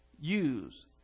use